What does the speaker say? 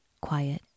quiet